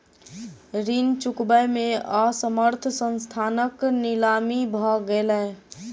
ऋण चुकबै में असमर्थ संस्थानक नीलामी भ गेलै